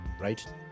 right